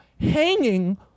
hanging